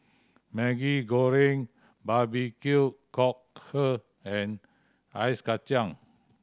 Maggi Goreng barbecue cockle and ice kacang